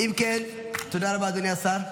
תודה רבה, אדוני השר.